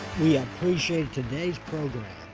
we appreciate today's program